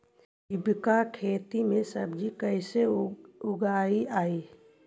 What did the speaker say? जैविक खेती में सब्जी कैसे उगइअई?